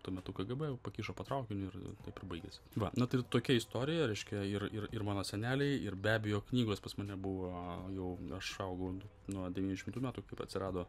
tuo metu kgb pakišo po traukiniu ir taip ir baigėsi va na tai tokia istorija reiškia ir ir ir mano seneliai ir be abejo knygos pas mane buvo jau aš augau nuo devyni šimtų metų kaip atsirado